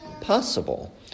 possible